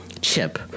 Chip